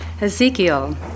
Ezekiel